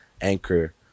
anchor